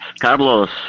Carlos